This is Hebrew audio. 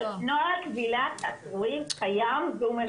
נוהל כבילת עצורים קיים והוא מפורסם